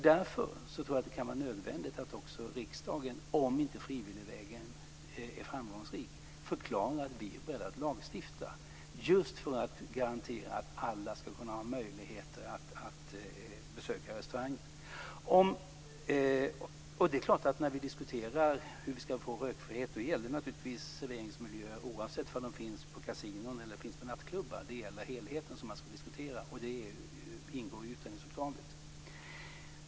Därför kan det vara nödvändigt att riksdagen, om inte frivilligvägen är framgångsrik, förklarar att man är beredd att lagstifta för att garantera att alla ska ha möjlighet att besöka restauranger. När vi diskuterar hur man ska införa rökfrihet gäller det naturligtvis serveringsmiljöer, oavsett om de finns på kasinon eller på nattklubbar. Det är helheten som man diskuterar, vilket också ingår i utredningsuppdraget.